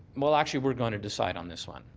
well, actually, we're going to decide on this one,